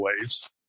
ways